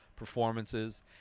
performances